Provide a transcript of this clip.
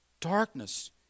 darkness